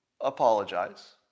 apologize